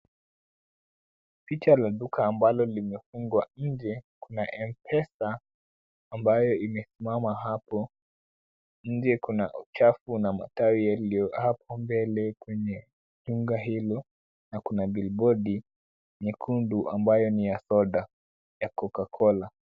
Picha la duka ambalo limefungwa. Nje kuna mpesa ambayo imesimama hapo. Nje kuna uchafu na matawi yaliyo hapo mbele kwenye duka hilo na kuna bilibodi nyekundu ambayo ni ya soda ya cocacola.